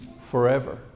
forever